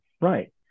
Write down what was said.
right